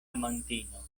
amantino